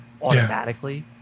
Automatically